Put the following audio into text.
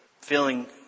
feeling